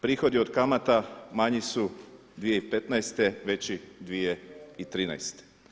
Prihodi od kamata manji su 2015., veći 2013.